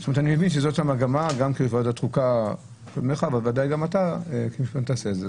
גם כוועדת חוקה ובוודאי גם לתפיסתך.